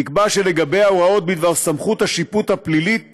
נקבע שלגבי ההוראות בדבר סמכות השיפוט הפלילית